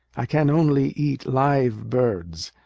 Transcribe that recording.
i can only eat live birds,